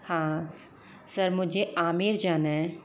हाँ सर मुझे आमेर जाना है